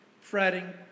fretting